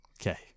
Okay